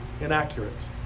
inaccurate